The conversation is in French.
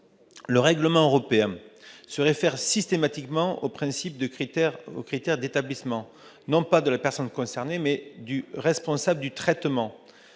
le règlement européen se réfère systématiquement en principe au critère d'établissement non pas de la personne concernée, mais du responsable du traitement.